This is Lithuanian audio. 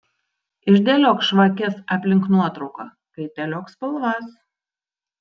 išdėliok žvakes aplink nuotrauką kaitaliok spalvas